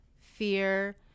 fear